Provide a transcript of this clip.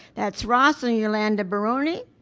that's ros and yolanda beroni,